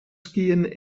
skiën